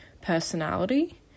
personality